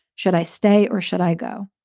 should i stay or should i go?